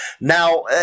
Now